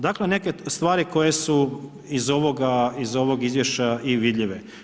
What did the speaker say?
Dakle, neke stvari koje su iz ovog izvješća i vidljive.